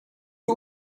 two